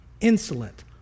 insolent